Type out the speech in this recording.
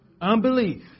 Unbelief